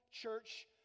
church